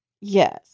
Yes